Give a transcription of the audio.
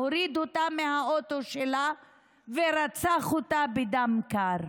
הוריד אותה מהאוטו שלה ורצח אותה בדם קר.